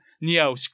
Neo